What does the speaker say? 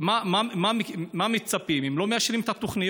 מה מצפים אם לא מאשרים את התוכניות,